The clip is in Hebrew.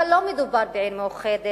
אבל לא מדובר בעיר מאוחדת,